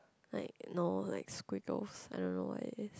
like no like squiggles I don't know what it is